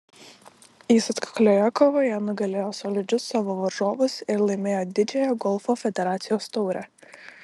jis atkaklioje kovoje nugalėjo solidžius savo varžovus ir laimėjo didžiąją golfo federacijos taurę